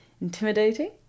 intimidating